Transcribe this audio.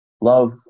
Love